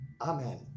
amen